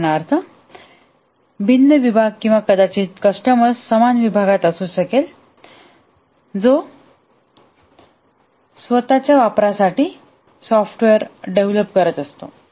उदाहरणार्थ भिन्न विभाग किंवा कदाचित कस्टमर्स समान विभागात असू शकेल जो स्वत च्या वापरासाठी सॉफ्टवेअर विकसित करतो